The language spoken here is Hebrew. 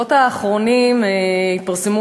בשבועות האחרונים התפרסמו